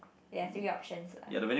ya three options